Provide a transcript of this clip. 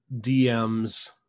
dms